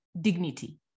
dignity